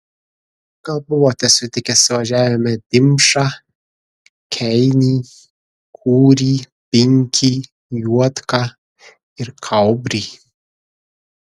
gal buvote sutikę suvažiavime dimšą keinį kūrį binkį juodką ir kaubrį